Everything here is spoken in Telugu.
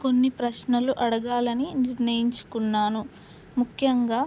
కొన్ని ప్రశ్నలు అడగాలని నిర్ణయించుకున్నాను ముఖ్యంగా